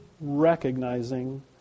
recognizing